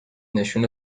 نشون